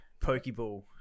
Pokeball